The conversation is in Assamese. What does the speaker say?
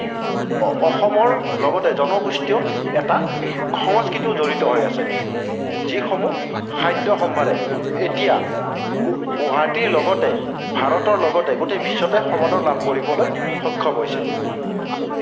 অ অসমৰ লগতে জনগোষ্ঠীয় এটা সংস্কৃতিও জড়িত হৈ আছে যিসমূহ খাদ্য সম্ভাৰে এতিয়া গু গুৱাহাটীৰ লগতে ভাৰতৰ লগতে গোটেই বিশ্বতে সমাদৰ লাভ কৰিবলৈ সক্ষম হৈছে